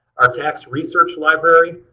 our tax research library.